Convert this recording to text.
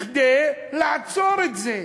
כדי לעצור את זה,